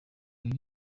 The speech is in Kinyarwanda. ngo